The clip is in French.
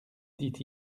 dit